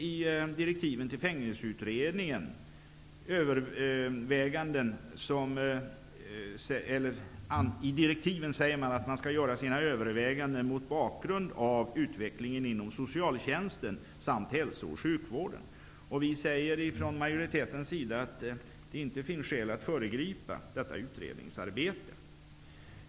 I direktiven till Fängelseutredningen sägs att man skall göra sina överväganden mot bakgrund av utvecklingen inom socialtjänsten samt inom hälsooch sjukvården. Från majoritetens sida säger vi att det inte finns skäl att föregripa detta utredningsarbete.